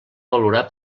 valorar